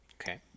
Okay